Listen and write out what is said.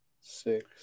six